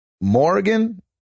Morgan